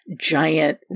giant